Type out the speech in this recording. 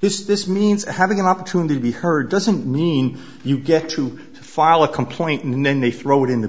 this is this means having an opportunity to be heard doesn't mean you get to file a complaint and then they throw it in the